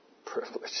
privilege